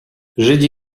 żydzi